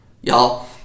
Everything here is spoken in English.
Y'all